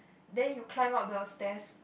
then you climb up the stairs